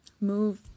Move